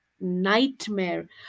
nightmare